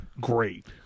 great